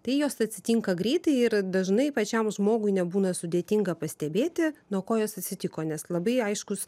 tai jos atsitinka greitai ir dažnai pačiam žmogui nebūna sudėtinga pastebėti nuo ko jos atsitiko nes labai aiškus